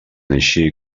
així